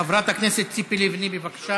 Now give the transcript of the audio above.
חברת הכנסת ציפי לבני, בבקשה.